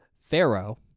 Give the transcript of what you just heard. Pharaoh